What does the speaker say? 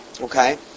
Okay